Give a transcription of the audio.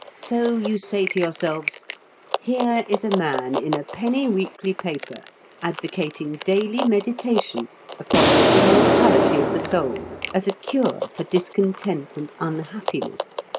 so you say to yourselves here is a man in a penny weekly paper advocating daily meditation upon the immortality of the soul as a cure for discontent and unhappiness!